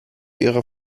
ihre